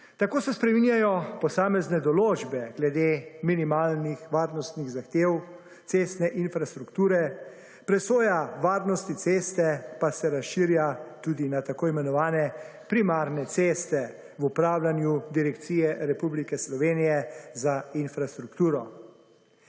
Tako se spreminjajo posamezne določbe glede minimalnih varnostnih zahtev cestne infrastrukture, presoja varnosti ceste pa se razširja tudi na tako imenovane primarne ceste v upravljanju Direkcije Republike Slovenije za infrastrukturo.